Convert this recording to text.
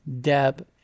Deb